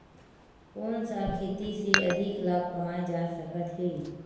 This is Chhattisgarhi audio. कोन सा खेती से अधिक लाभ कमाय जा सकत हे?